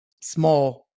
small